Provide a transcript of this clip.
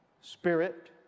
Spirit